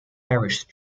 parish